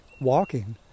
walking